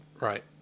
Right